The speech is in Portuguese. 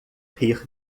rir